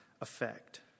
effect